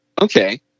Okay